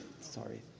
Sorry